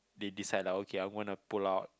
they decide like okay I'm gona pull out